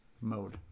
mode